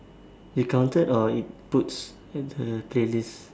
you counted or it puts at the playlist